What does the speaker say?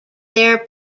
their